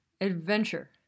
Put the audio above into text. adventure